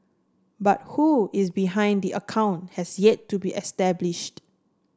but who is behind the account has yet to be established